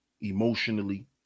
emotionally